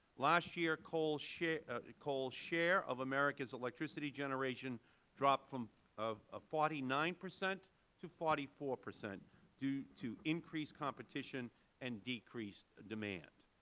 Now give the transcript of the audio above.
last year coal's share ah coal's share of america's electricity generation dropped from ah forty nine percent to forty four percent due to increased competition and decreased demand.